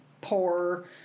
poor